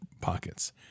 pockets